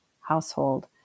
household